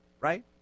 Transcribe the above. right